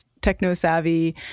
techno-savvy